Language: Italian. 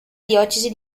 diocesi